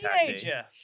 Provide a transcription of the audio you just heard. teenager